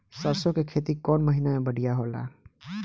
सरसों के खेती कौन महीना में बढ़िया होला?